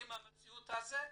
עם המציאות הזאת,